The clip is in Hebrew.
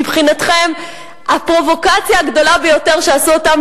מבחינתכם הפרובוקציה הגדולה ביותר שעשו אותם